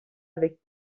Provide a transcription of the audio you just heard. avec